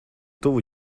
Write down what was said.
tuvu